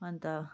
अन्त